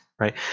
right